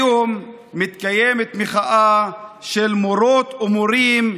היום מתקיימת מחאה של מורות ומורים,